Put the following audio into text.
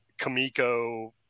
kamiko